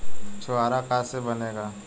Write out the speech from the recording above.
छुआरा का से बनेगा?